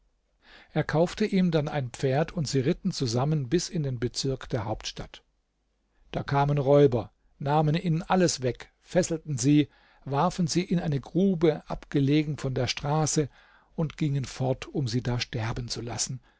er kaufte ihm dann ein pferd und sie ritten zusammen bis in den bezirk der hauptstadt da kamen räuber nahmen ihnen alles weg fesselten sie warfen sie in eine grube abgelegen von der straße und gingen fort um sie da sterben zu lassen